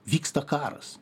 vyksta karas